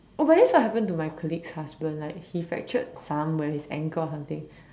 oh but that's what happened to my colleague's husband like he fractured somewhere his ankle or something